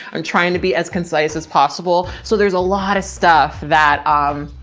i'm trying to be as concise as possible. so there's a lot of stuff that, um,